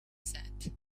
said